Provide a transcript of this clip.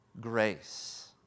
grace